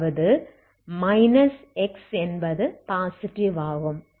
அதாவது minus X என்பது positive ஆகும்